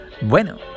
Bueno